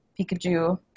Pikachu